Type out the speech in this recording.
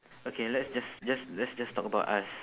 okay let's just just let's just talk about us